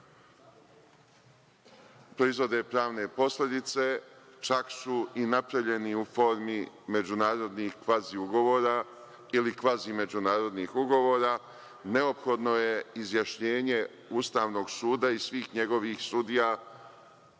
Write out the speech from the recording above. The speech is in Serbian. proizvode pravne posledice, čak su i napravljeni u formi međunarodnih kvazi ugovora ili kvazi međunarodnih ugovora, neophodno je izjašnjenje Ustavnog suda i svih njegovih sudija